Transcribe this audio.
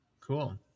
Cool